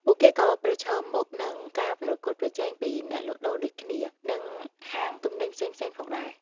ពួកគេក៏ប្រឈមមុខនឹងការប្រកួតប្រជែងពីអ្នកលក់ដូរដូចគ្នា និងហាងទំនិញផ្សេងៗផងដែរ។